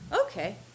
okay